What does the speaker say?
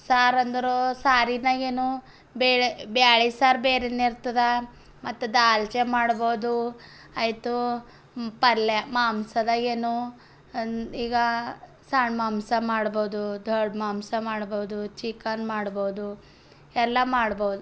ಸಾರು ಅಂದ್ರೆ ಸಾರಿನಾಗೇನು ಬೇಳೆ ಬೇಳೆ ಸಾರು ಬೇರೆನೇ ಇರ್ತದಾ ಮತ್ತು ದಾಲ್ ಚಾ ಮಾಡ್ಬೋದು ಆಯಿತು ಪಲ್ಯ ಮಾಂಸದಾಗ ಏನೊ ಈಗ ಸಣ್ಣ ಮಾಂಸ ಮಾಡ್ಬೋದು ದೊಡ್ಡ ಮಾಂಸ ಮಾಡ್ಬೋದು ಚಿಕನ್ ಮಾಡ್ಬೋದು ಎಲ್ಲ ಮಾಡ್ಬೋದು